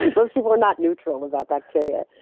most people are not neutral about bacteria.